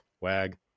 WAG